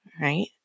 right